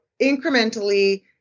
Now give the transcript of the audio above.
incrementally